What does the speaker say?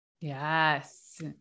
Yes